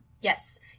Yes